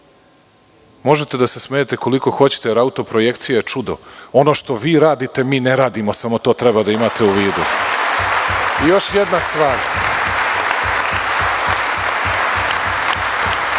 možete da se smejete koliko hoćete, jer autoprojekcija je čudo, ono što vi radite mi ne radimo, samo to treba da imate u vidu. Još jedna stvar,